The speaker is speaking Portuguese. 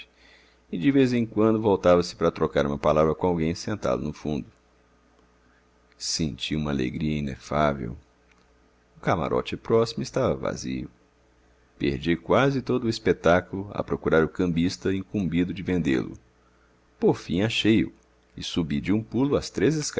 e de vez em quando voltava-se para trocar uma palavra com alguém sentado no fundo senti uma alegria inefável o camarote próximo estava vazio perdi quase todo o espetáculo a procurar o cambista incumbido de vendê lo por fim achei-o e subi de um pulo as três